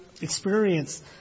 experience